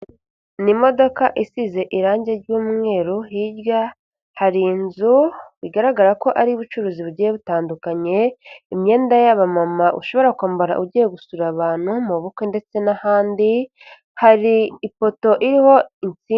Ni imodoka isize irange ry'umweru, hirya hari inzu bigaragara ko ari iy'ubucuruzi bugiye butandukanye, imyenda y'abamama ushobora kwambara ugiye gusura abantu mu bukwe ndetse n'ahandi, hari ipoto iriho insinga.